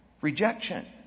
Rejection